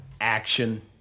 Action